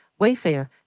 Wayfair